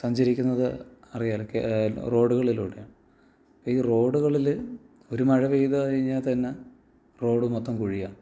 സഞ്ചരിക്കുന്നത് അറിയാമല്ലോ കേ റോഡുകളിലൂടെയാണ് ഇതു റോഡുകളിൽ ഒരു മഴപെയ്തു കഴിഞ്ഞാൽത്തന്നെ റോഡ് മൊത്തം കുഴിയാണ്